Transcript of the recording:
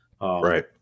Right